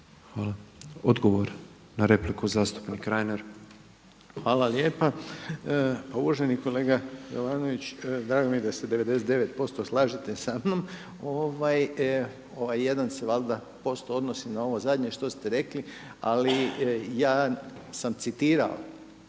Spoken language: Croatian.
Hvala. Odgovor na repliku zastupnik Reiner. **Reiner, Željko (HDZ)** Hvala lijepa. Uvaženi kolega Jovanović. Drago mi je da se 99% slažete sa mnom, ovaj 1% se valjda odnosi na ovo zadnje što ste rekli, ali ja sam citirao